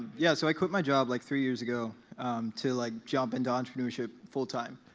yeah, so i quit my job like three years ago to like jump into entrepreneurship full-time.